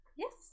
Yes